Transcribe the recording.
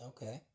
Okay